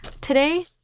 today